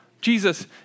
Jesus